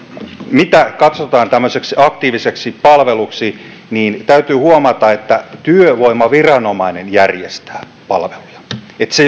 mitä katsotaan tämmöiseksi aktiiviseksi palveluksi täytyy huomata että työvoimaviranomainen järjestää palveluja se